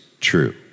true